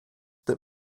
that